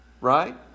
right